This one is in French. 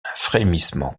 frémissement